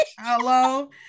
Hello